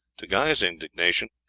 to guy's indignation,